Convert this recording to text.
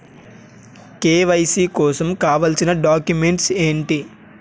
KYC కోసం కావాల్సిన documents ఎంటి?